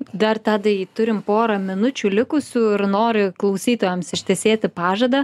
dar tadai turim pora minučių likusių ir nori klausytojams ištesėti pažadą